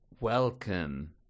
Welcome